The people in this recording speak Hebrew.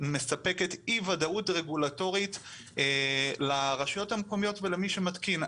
מספקת אי ודאות רגולטורית לרשויות המקומיות ולמי שמתקין.